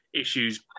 issues